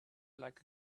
like